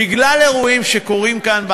בגלל אירועים שקורים כאן,